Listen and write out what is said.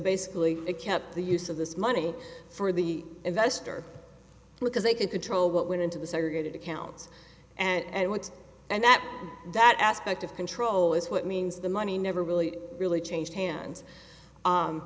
basically it kept the use of this money for the investor because they could control what went into the segregated accounts and once and that that aspect of control is what means the money never really really changed hands